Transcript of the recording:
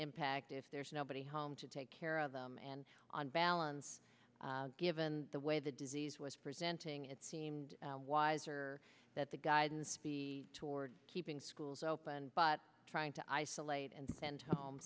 impact if there's nobody home to take care of them and on balance given the way the disease was presenting it seemed wiser that the guidance be toward keeping schools open but trying to isolate and send home